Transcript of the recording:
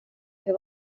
hur